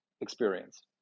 experience